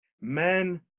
Men